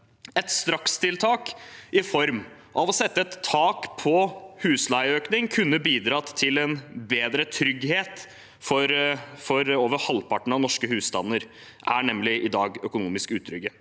Et strakstiltak i form av å sette et tak på husleieøkning kunne bidratt til en bedre trygghet, for over halvparten av norske husstander er nemlig i dag økonomisk utrygge.